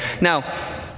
Now